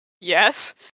Yes